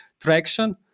traction